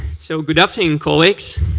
so good afternoon, colleagues.